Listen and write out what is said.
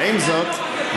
עם זאת,